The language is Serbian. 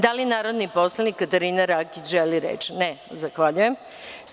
Da li narodni poslanik Katarina Rakić, želi reč? (Ne) Zahvaljujem se.